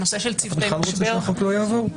אתה בכלל רוצה שהחוק לא יעבור?